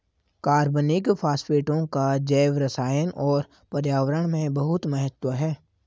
कार्बनिक फास्फेटों का जैवरसायन और पर्यावरण में बहुत महत्व है